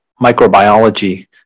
microbiology